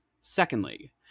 Secondly